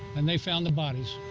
and they found the bodies.